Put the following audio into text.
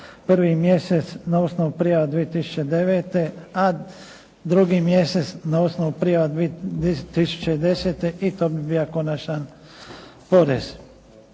prvi mjesec na osnovu prijava 2009., a drugi mjesec na osnovu prijava 2010. i to bi bio konačan porez.